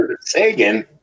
Sagan